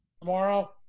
tomorrow